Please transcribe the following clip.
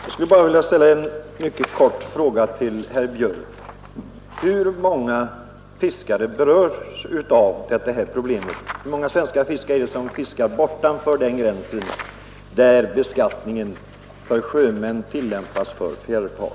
Herr talman! Jag skall bara ställa en mycket kort fråga till herr Björk. Hur många svenska fiskare berörs av det här problemet, dvs. hur många av dem fiskar bortom den gräns där beskattningen för sjömän i fjärrfart tillämpas?